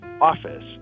office